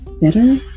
better